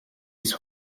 ist